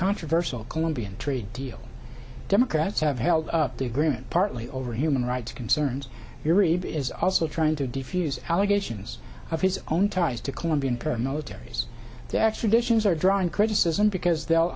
controversial colombian trade deal democrats have held up the agreement partly over human rights concerns yuri but is also trying to diffuse allegations of his own ties to colombian paramilitaries to actually dishes are drawing criticism because they'll